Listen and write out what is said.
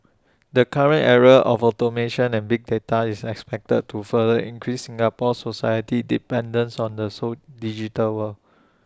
the current era of automation and big data is expected to further increase Singapore society's dependence on the so digital world